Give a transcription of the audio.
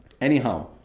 Anyhow